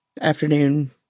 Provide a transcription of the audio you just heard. afternoon